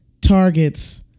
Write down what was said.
Targets